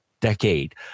decade